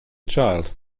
child